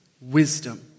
wisdom